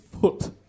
foot